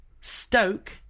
Stoke